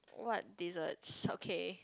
what desserts okay